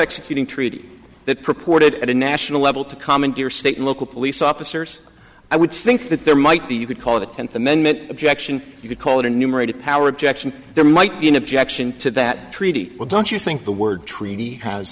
executing treaty that purported at a national level to commandeer state and local police officers i would think that there might be you could call it a tenth amendment objection you could call it a numerated power objection there might be an objection to that treaty or don't you think the word tr